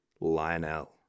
Lionel